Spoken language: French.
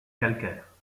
calcaire